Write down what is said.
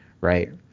right